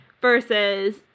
versus